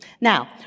Now